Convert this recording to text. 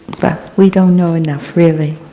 but we don't know enough, really.